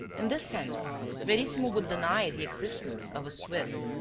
in this sense verissimo would deny the existence of a swiss,